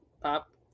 pop